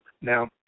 Now